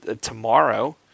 tomorrow